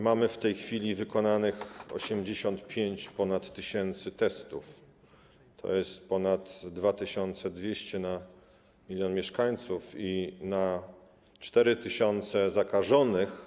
Mamy w tej chwili wykonanych ponad 85 tys. testów, tj. ponad 2200 na 1 mln mieszkańców i na 4 tys. zakażonych.